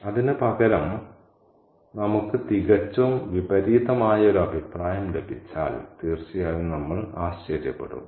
അതിനുപകരം നമുക്ക് തികച്ചും വിപരീതമായ ഒരു അഭിപ്രായം ലഭിച്ചാൽ തീർച്ചയായും നമ്മൾ ആശ്ചര്യപ്പെടും